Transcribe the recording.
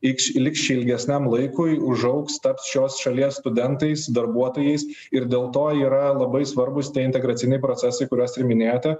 iks liks čia ilgesniam laikui užaugs taps šios šalies studentais darbuotojais ir dėl to yra labai svarbūs tie integraciniai procesai kuriuos ir minėjote